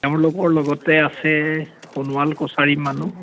তেওঁলোকৰ লগতে আছে সোণোৱাল কছাৰী মানুহ